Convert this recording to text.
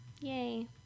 Yay